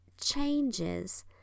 changes